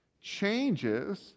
changes